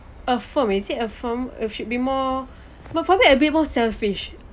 affirm is it affirm should be more probably a bit more selfish